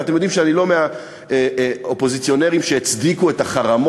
ואתם יודעים שאני לא מהאופוזיציונרים שהצדיקו את החרמות,